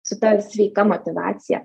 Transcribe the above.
su ta sveika motyvacija